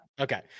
Okay